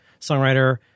songwriter